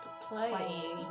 playing